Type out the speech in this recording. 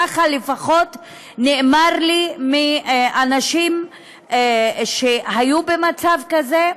ככה לפחות נאמר לי מאנשים שהיו במצב כזה.